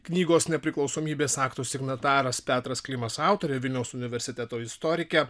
knygos nepriklausomybės akto signataras petras klimas autorę vilniaus universiteto istorikę